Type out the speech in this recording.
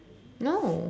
no